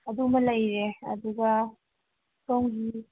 ꯑꯗꯨꯃ ꯂꯩꯔꯦ ꯑꯗꯨꯒ ꯁꯣꯝꯒꯤ